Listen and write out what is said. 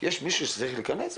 יש מישהו שצריך להיכנס?